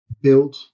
build